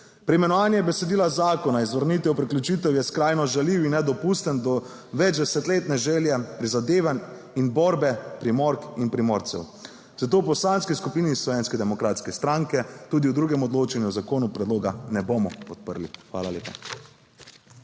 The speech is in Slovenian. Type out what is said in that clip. Preimenovanje besedila zakona iz vrnitve v priključitev je skrajno žaljivo in nedopustno do več desetletne želje prizadevanj in borbe Primork in Primorcev, zato v Poslanski skupini Slovenske demokratske stranke tudi v drugem odločanju o zakonu predloga ne bomo podprli. Hvala lepa.